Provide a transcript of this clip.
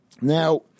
Now